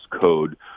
code